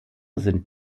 sind